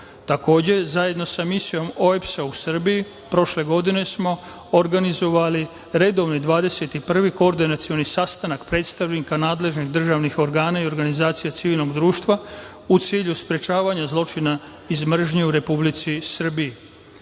iz 2023.Takođe sa misijom zajedno u Srbiji, prošle godine smo organizovali redovni 21. koordinacioni sastanak predstavnika nadležnih državnih organa i organizacije civilnog društva, u cilju sprečavanja zločina iz mržnje u Republici